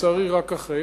לצערי רק אחרי,